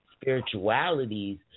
spiritualities